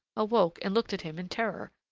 awoke and looked at him in terror,